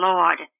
Lord